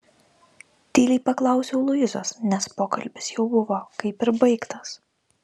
tyliai paklausiau luizos nes pokalbis jau buvo kaip ir baigtas